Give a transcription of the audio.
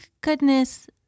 goodness